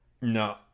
No